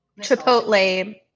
Chipotle